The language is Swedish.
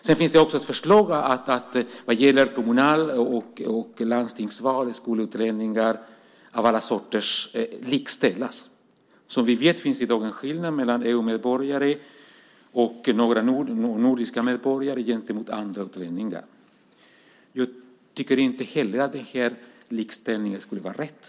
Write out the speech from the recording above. Det finns också ett förslag om att utlänningar av alla sorter skulle likställas i kommunal och landstingsval. Som vi vet görs i dag skillnad mellan å ena sidan EU-medborgare och nordiska medborgare och å andra sidan andra utlänningar. Jag tycker inte heller att en sådan likställning skulle vara rätt.